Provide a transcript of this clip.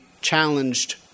challenged